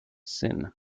sin